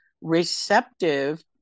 receptive